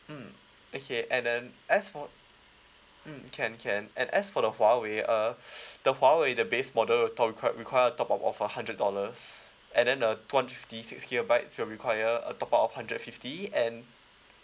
mm okay and then as for mm can can and as for the huawei uh the huawei the base model top requi~ require a top up of a hundred dollars and then uh two hundred fifty six gigabytes you'll require a top up of hundred fifty and